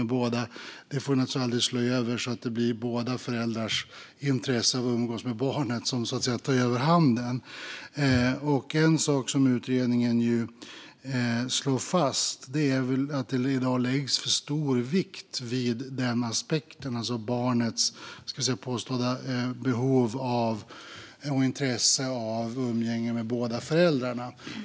Det får naturligtvis aldrig slå över så att det blir båda föräldrarnas intresse av att umgås med barnet som tar överhanden. En sak som utredningen slår fast är att det i dag läggs för stor vikt vid den aspekten, alltså barnets påstådda behov och intresse av umgänge med båda föräldrarna.